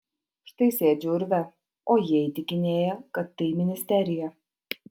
štai sėdžiu urve o jie įtikinėja kad tai ministerija